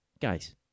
guys